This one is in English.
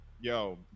yo